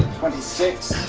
twenty six.